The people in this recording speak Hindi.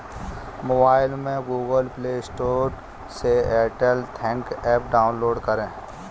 मोबाइल में गूगल प्ले स्टोर से एयरटेल थैंक्स एप डाउनलोड करें